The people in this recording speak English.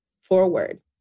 forward